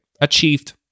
Achieved